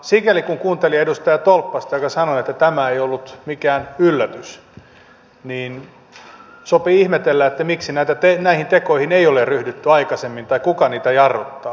sikäli kun kuunteli edustaja tolppasta joka sanoi että tämä ei ollut mikään yllätys sopii ihmetellä miksi näihin tekoihin ei ryhdytty aikaisemmin tai kuka niitä jarruttaa